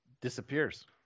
disappears